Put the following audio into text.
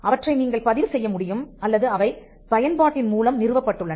அவற்றை நீங்கள் பதிவு செய்ய முடியும் அல்லது அவை பயன்பாட்டின் மூலம் நிறுவப்பட்டுள்ளன